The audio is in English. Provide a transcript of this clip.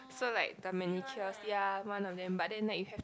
so like the managers ya one of them but then like you to